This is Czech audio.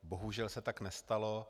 Bohužel se tak nestalo.